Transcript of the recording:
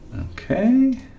Okay